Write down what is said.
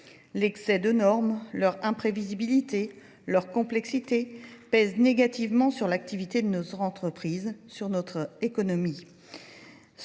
L'excès de normes, leur imprévisibilité, leur complexité pèsent négativement sur l'activité de nos entreprises, sur notre économie.